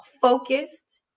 focused